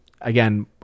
Again